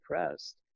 depressed